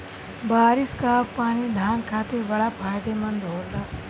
बारिस कअ पानी धान खातिर बड़ा फायदेमंद होला